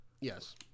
Yes